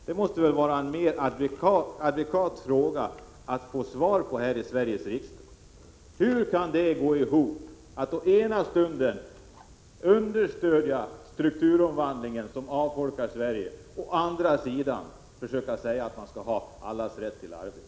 Det måste väl vara mer adekvat att få svar på den frågan här i riksdagen! Hur kan det gå ihop — att i ena stunden understödja strukturomvandlingen och avfolkningen av Sverige och i andra stunden säga att man hävdar allas rätt till arbete?